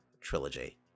trilogy